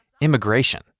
immigration